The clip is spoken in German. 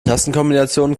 tastenkombinationen